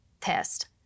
test